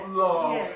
love